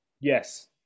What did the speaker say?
Yes